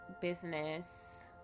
business